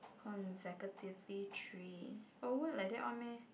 consecutively three got word like that one meh